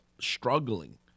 struggling